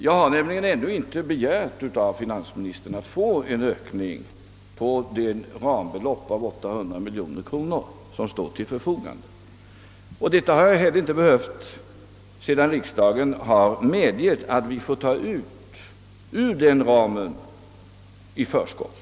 Jag har nämligen ännu inte begärt av finansministern att få en ökning av det rambelopp på 800 miljoner som står till förfogande — det har jag inte behövt sedan riksdagen medgivit att vi får ta ut den ramen i förskott.